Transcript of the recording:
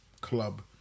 club